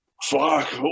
Fuck